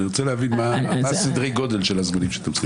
אני רוצה להבין מה סדרי הגודל של הזמנים שאתם צריכים.